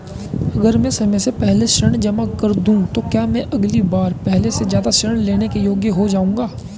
अगर मैं समय से पहले ऋण जमा कर दूं तो क्या मैं अगली बार पहले से ज़्यादा ऋण लेने के योग्य हो जाऊँगा?